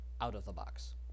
out-of-the-box